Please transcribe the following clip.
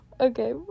Okay